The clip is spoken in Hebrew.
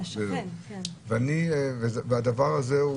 אני מתחבר לדבר הזה,